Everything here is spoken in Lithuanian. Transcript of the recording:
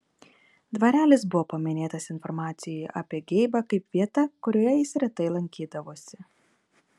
dvarelis buvo paminėtas informacijoje apie geibą kaip vieta kurioje jis retai lankydavosi